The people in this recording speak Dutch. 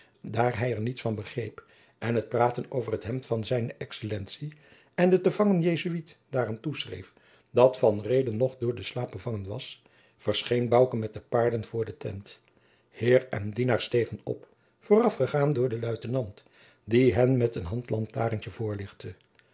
daar hij er niets van begreep en het praten over het hemd van zijne excellentie en den te vangen jesuit daaraan toeschreef dat van reede nog door den slaap bevangen was verscheen bouke met de paarden voor de tent heer en dienaar stegen op voorafgegaan door den luitenant die hen met een handlantarentje voorlichtte